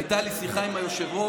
הייתה לי שיחה עם היושב-ראש,